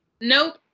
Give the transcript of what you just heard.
Nope